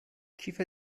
کیف